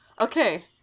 Okay